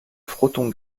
fronton